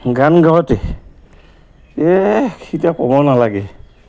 গান গাওঁতে এ সিতিয়া ক'ব নালাগে